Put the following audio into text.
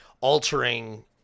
altering